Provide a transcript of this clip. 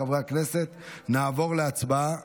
חברי הכנסת, נעבור להצבעה